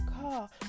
car